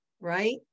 right